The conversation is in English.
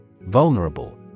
Vulnerable